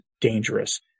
dangerous